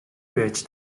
байж